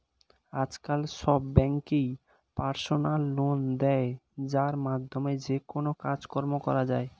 আজকাল সব ব্যাঙ্কই পার্সোনাল লোন দেয় যার মাধ্যমে যেকোনো কাজকর্ম করা যায়